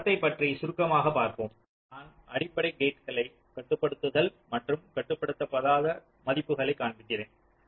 இந்த படத்தை பற்றி சுருக்கமாக பார்ப்போம் நான் அடிப்படை கேட்களை கட்டுப்படுத்துதல் மற்றும் கட்டுப்படுத்தாத மதிப்புகளை காண்பிக்கிறேன்